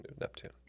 Neptune